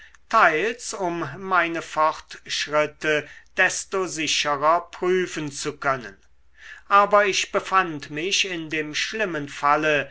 teils um meine fortschritte desto sicherer prüfen zu können aber ich befand mich in dem schlimmen falle